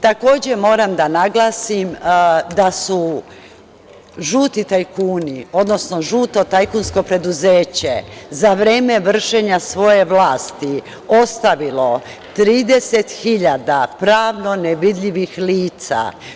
Takođe, moram da naglasim da su žuti tajkuni, odnosno žuto tajkunsko preduzeće je za vreme vršenja svoje vlasti ostavilo 30.000 pravno nevidljivih lica.